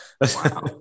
wow